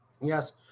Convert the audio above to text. Yes